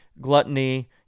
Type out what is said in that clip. gluttony